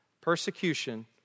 persecution